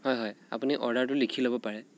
হয় হয় আপুনি অৰ্ডাৰটো লিখি ল'ব পাৰে